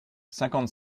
cinquante